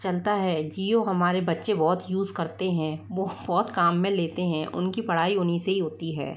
चलता है जिओ हमारे बच्चे बहुत यूज़ करते हैं वो बहुत काम में लेते हैं उनकी पढ़ाई उन्हीं से ही होती है